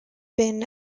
been